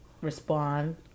respond